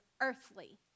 earthly